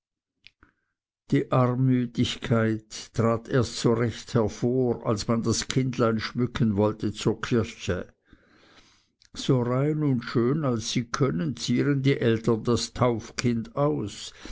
die armütigkeit trat erst so recht hervor als man das kindlein schmücken wollte zur kirche so rein und schön als sie können zieren die eltern das taufkind aus